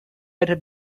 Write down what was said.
better